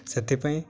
ସେଥିପାଇଁ